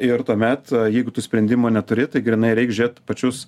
ir tuomet jeigu tu sprendimo neturi tai grynai reik žiūrėt pačius